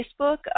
Facebook